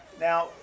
Now